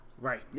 Right